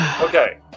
Okay